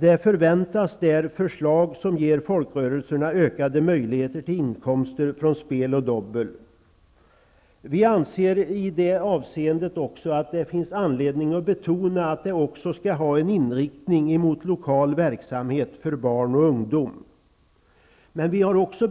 Därifrån förväntas förslag som ger folkrörelserna ökade möjligheter till inkomster från spel och dobbel. Vi anser i det avseendet att det finns anledning att betona att det även skall finnas en inriktning mot lokal verksamhet för barn och ungdom. Vi har också